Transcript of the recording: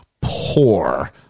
poor